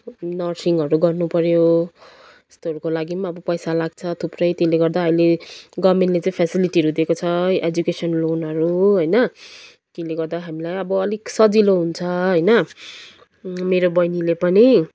नर्सिङहरू गर्नु पर्यो यस्तोहरूको लागि अब पैसा लाग्छ थुप्रै त्यसले गर्दा अहिले गभर्मेन्टले चाहिँ फेसिलिटीहरू दिएको छ एजुकेसन लोनहरू होइन त्यसले गर्दा हामीलाई अब अलिक सजिलो हुन्छ होइन मेरो बहिनीले पनि